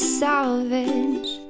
salvage